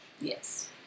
Yes